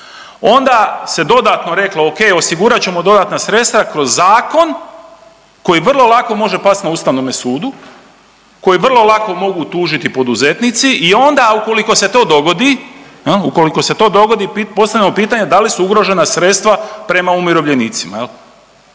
Onda se dodatno reklo okej osigurat ćemo dodatna sredstva kroz zakon koji vrlo lako može past na ustavnome sudu, koji vrlo lako mogu tužiti poduzetnici i onda ukoliko se to dogodi jel, ukoliko se to dogodi postavljamo pitanje da li su ugrožena sredstva prema umirovljenicima